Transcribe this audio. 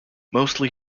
mostly